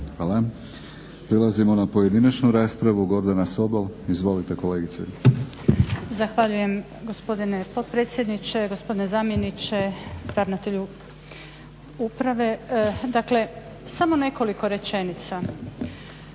Hvala. Prelazimo na pojedinačnu raspravu. Gordana Sobol, izvolite kolegice. **Sobol, Gordana (SDP)** Zahvaljujem gospodine potpredsjedniče, gospodine zamjeniče ravnatelju uprave. Dakle, samo nekoliko rečenica.